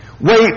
Wait